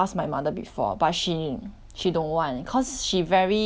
she don't want cause she very 你知道她有点洁癖的你知道吗